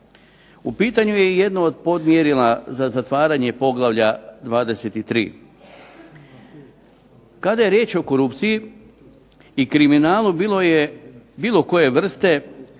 U pitanju je i jedno od podmjerila za zatvaranje poglavlja 23. Kada je riječ o korupciji i kriminalu bilo koje vrste